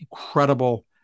incredible